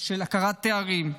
של הכרה בתארים,